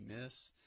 miss